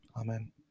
Amen